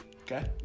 Okay